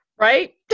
Right